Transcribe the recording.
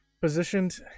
positioned